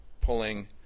pulling